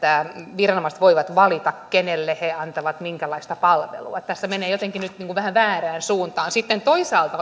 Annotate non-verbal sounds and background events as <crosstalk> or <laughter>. viranomaiset voivat valita kenelle he antavat minkälaista palvelua tässä mennään jotenkin nyt niin kuin vähän väärään suuntaan sitten toisaalta <unintelligible>